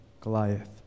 Goliath